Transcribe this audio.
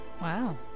wow